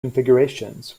configurations